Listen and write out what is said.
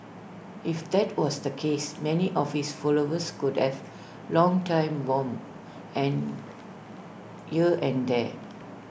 if that was the case many of his followers could have long time bomb and here and there